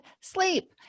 sleep